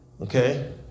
Okay